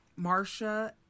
Marsha